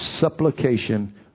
supplication